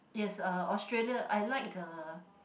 yes uh Australia I like the